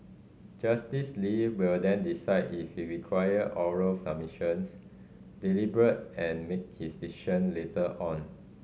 Justice Lee will then decide if he require oral submissions deliberate and make his decision later on